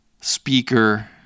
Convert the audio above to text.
speaker